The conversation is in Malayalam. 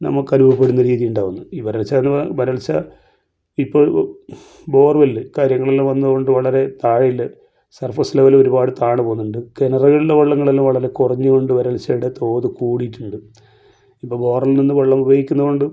നമുക്കനുഭവപ്പെടുന്ന രീതിയുണ്ടാകുന്നു ഈ വരൾച്ചയെന്ന് പറഞ്ഞ വരൾച്ച ഇപ്പോൾ ബോർ വെല്ല് കാര്യങ്ങൾ വന്നതുകൊണ്ട് വളരെ താഴേല് സർഫസ് ലെവല് ഒരുപാട് താണ് പോകുന്നുണ്ട് കിണറുകളിലെ വെള്ളങ്ങളെല്ലാം വളരെ കുറഞ്ഞ് കൊണ്ട് വളർച്ചയുടെ തോത് കൂടീട്ടുണ്ട് ഇപ്പോൾ ബോർ വെല്ലിൽ നിന്ന് വെള്ളം ഉപയോഗിക്കുന്നതു കൊണ്ടും